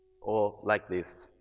or like this